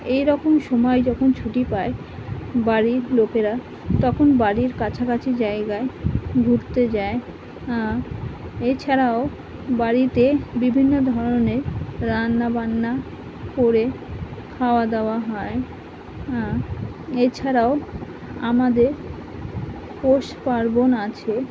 এই রকম সময় যখন ছুটি পায় বাড়ির লোকেরা তখন বাড়ির কাছাকাছি জায়গায় ঘুরতে যায় এছাড়াও বাড়িতে বিভিন্ন ধরনের রান্নাবান্না করে খাওয়া দাওয়া হয় এছাড়াও আমাদের পৌষ পার্বণ আছে